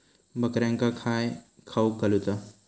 बकऱ्यांका काय खावक घालूचा?